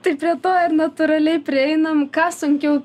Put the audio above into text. tai prie to ir natūraliai prieinam ką sunkiau